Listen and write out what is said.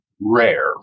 rare